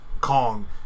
Kong